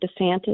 DeSantis